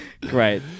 Great